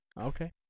okay